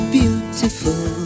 beautiful